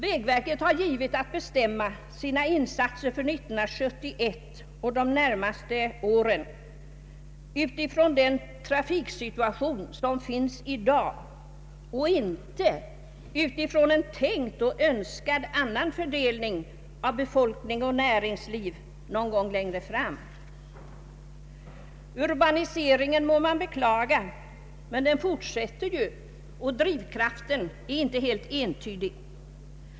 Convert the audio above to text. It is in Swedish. Vägverket har givetvis att bestämma sina insatser för år 1971 och de närmaste åren utifrån den trafiksituation som råder i dag och inte utifrån en tänkt och önskad annan fördelning av befolkning och näringsliv någon gång längre fram. Urbaniseringen må man beklaga, men den fortsätter ju, och drivkraften är inte helt entydig.